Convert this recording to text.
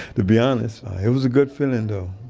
to be honest. it was a good feeling though.